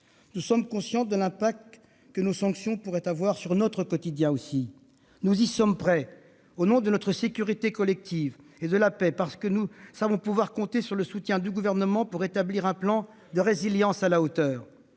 nous sommes conscients de l'impact que nos sanctions pourraient aussi avoir sur notre quotidien. Nous y sommes prêts au nom de notre sécurité collective et de la paix, parce que nous savons pouvoir compter sur le soutien du Gouvernement pour établir un plan de résilience qui soit à la hauteur.